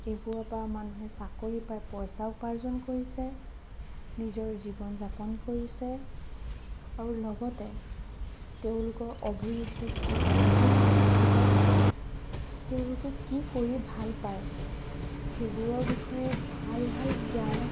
এইবোৰৰ পৰা মানুহে চাকৰি পাই পইচা উপাৰ্জন কৰিছে নিজৰ জীৱন যাপন কৰিছে আৰু লগতে তেওঁলোকৰ অভিৰুচি কি অভিৰুচি কিহত আছে তেওঁলোকে কি কৰি ভাল পায় সেইবোৰৰ বিষয়ে ভাল ভাল জ্ঞান